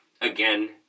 Again